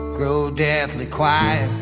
grow deadly quiet